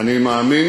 אני מאמין